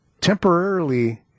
temporarily